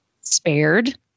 spared